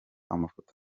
amafoto